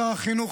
שר החינוך,